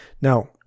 Now